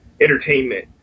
entertainment